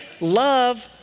love